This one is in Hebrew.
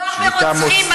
מדובר ברוצחים.